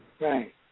right